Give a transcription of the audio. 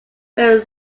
very